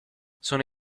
sono